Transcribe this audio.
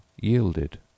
yielded